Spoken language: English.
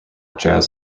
jazz